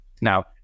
Now